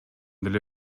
деле